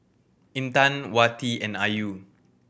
Intan Wati and Ayu